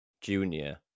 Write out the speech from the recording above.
Junior